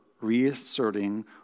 reasserting